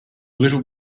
little